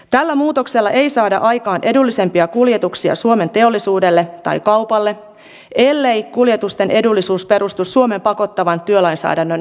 tällä muutoksella ei saada aikaan edullisempia kuljetuksia suomen teollisuudelle tai kaupalle ellei kuljetusten edullisuus perustu suomen pakottavan työlainsäädännön rikkomiseen